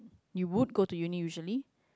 you would go to uni usually